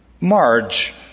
Marge